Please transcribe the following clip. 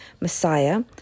Messiah